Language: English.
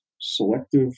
selective